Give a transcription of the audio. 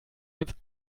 ins